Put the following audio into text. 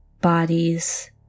bodies